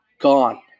Gone